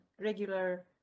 regular